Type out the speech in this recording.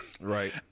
Right